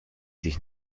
sich